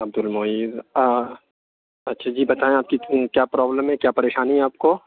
عبد المعید اچھا یہ بتائیں آپ کی کیا پرابلم ہے کیا پریشانی ہے آپ کو